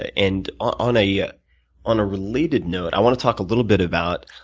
ah and on a ah on a related note, i want to talk a little bit about